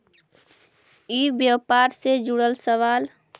ई व्यापार से जुड़ल सवाल?